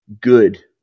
good